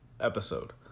episode